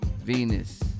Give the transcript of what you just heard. Venus